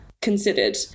considered